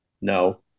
No